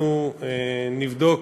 אנחנו נבדוק,